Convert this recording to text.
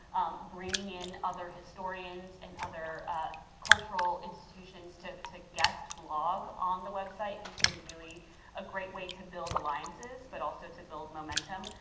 bringing in other historians and other cultural institutions to to guest blog on the website has been really a great way to build alliances but also to build momentum.